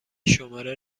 شماره